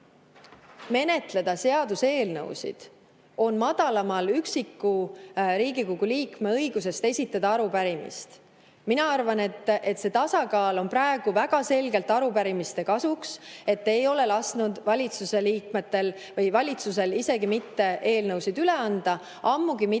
menetleda seaduseelnõusid on madalamal üksiku Riigikogu liikme õigusest esitada arupärimisi. Mina arvan, et see tasakaal on praegu väga selgelt arupärimiste kasuks. Te ei ole lasknud valitsusel isegi mitte eelnõusid üle anda, ammugi mitte